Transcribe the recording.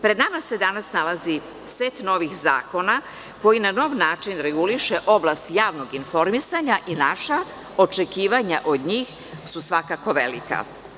Pred nama se danas nalazi set novih zakona koji na nov način reguliše oblast javnog informisanja i naša očekivanja od njih su svakako velika.